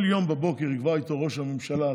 כל יום בבוקר יקבעו איתו ראש הממשלה,